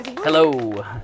Hello